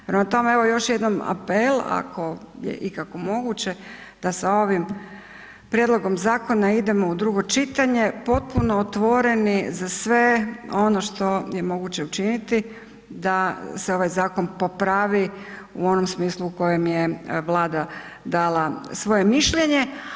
Prema tome, evo još jednom apel ako je ikako moguće da sa ovim prijedlogom zakona idemo u drugo čitanje potpuno otvoreni za sve ono što je moguće učiniti da se ovaj zakon popravi u onom smislu u kojem je Vlada dala svoje mišljenje.